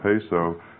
peso